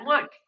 look